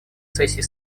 сессий